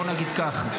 בואו נגיד ככה,